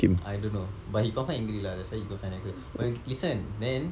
I don't know but he confirm angry lah that's why he go find that girl but listen then